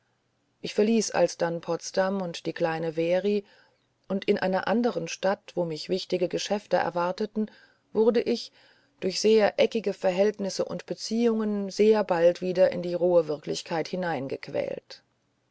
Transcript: ich verließ alsbald potsdam und die kleine very und in einer anderen stadt wo mich wichtige geschäfte erwarteten wurde ich durch sehr eckige verhältnisse und beziehungen sehr bald wieder in die rohe wirklichkeit